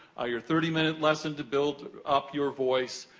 ah your thirty minute lesson to build up your voice,